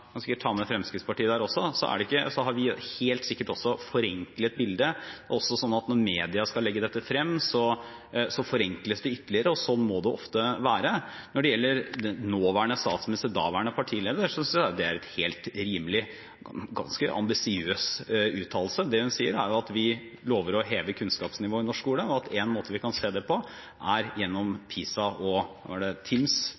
ta med Fremskrittspartiet også – har forenklet bildet. Når media skal legge dette frem, forenkles det ytterligere, og slik må det ofte være. Når det gjelder nåværende statsminister og daværende partileder, er det en helt rimelig og ganske ambisiøs uttalelse. Det hun sier, er at vi lover å heve kunnskapsnivået i norsk skole, og at en måte vi kan se det på, er gjennom